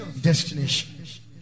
destination